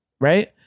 right